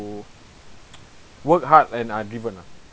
who work hard and are driven ah